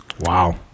Wow